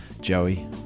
Joey